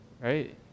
right